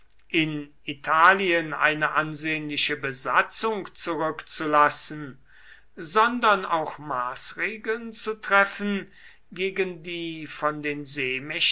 in italien eine ansehnliche besatzung zurückzulassen sondern auch maßregeln zu treffen gegen die von den